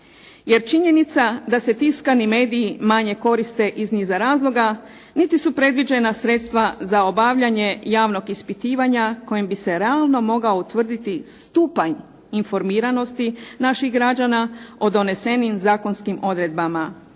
Jer činjenica je da se tiskani mediji manje koriste iz niza razloga, niti su predviđena sredstva za obavljanje javnog ispitivanja kojim bi se realno mogao utvrditi stupanj informiranosti naših građana o donesenim zakonskim odredbama